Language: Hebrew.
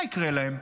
מה יקרה להם?